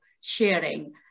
sharing